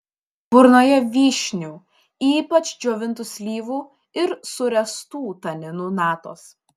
burnoje vyšnių ypač džiovintų slyvų ir suręstų taninų natos